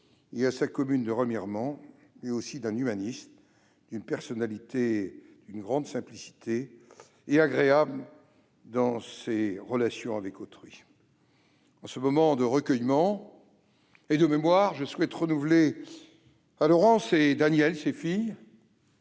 et à sa commune de Remiremont, et aussi d'un humaniste, d'une personnalité d'une grande simplicité, agréable dans ses relations avec autrui. En ce moment de recueillement et de mémoire, je souhaite renouveler à ses filles,